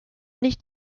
nicht